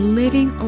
living